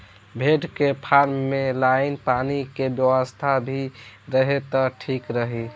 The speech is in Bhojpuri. भेड़ के फार्म में लाइन पानी के व्यवस्था भी रहे त ठीक रही